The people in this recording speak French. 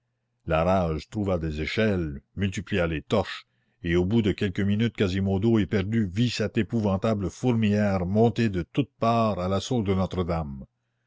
la rage trouva des échelles multiplia les torches et au bout de quelques minutes quasimodo éperdu vit cette épouvantable fourmilière monter de toutes parts à l'assaut de notre-dame